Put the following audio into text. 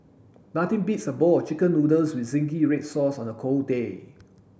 nothing beats a bowl of chicken noodles with zingy red sauce on a cold day